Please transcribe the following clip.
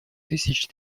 тысяч